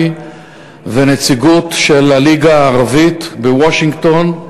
לנציגות של הליגה הערבית בוושינגטון,